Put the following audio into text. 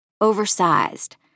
oversized